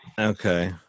Okay